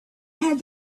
had